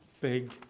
big